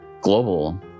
global